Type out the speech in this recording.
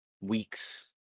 Weeks